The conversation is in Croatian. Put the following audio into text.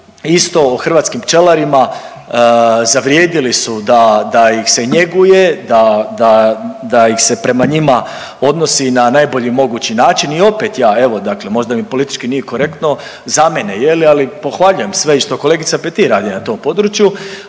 isto hrvatskim pčelarima zavrijedili su da ih se njeguje, da ih se prema njima odnosi na najbolji mogući način. I opet ja, evo dakle možda ni politički nije korektno za mene je li? Ali pohvaljujem sve i što kolegica Petir radi na tom području,